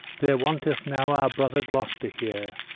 there wanteth now our brother gloster here,